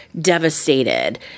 devastated